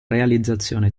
realizzazione